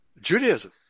Judaism